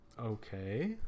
Okay